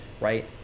right